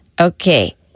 Okay